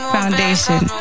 Foundation